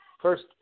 first